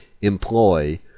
employ